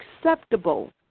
acceptable